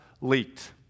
leaked